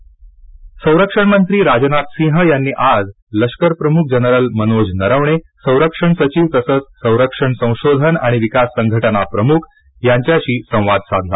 Rajnath covid संरक्षणमंत्री राजनाथ सिंह यांनी आज लष्कर प्रमुख जनरल मनोज नरवणे संरक्षण सविव तसर्व संरक्षण संशोधन आणि विकास संघटना प्रमुख यांच्याशी संवाद साधला